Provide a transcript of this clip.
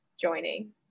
joining